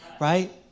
right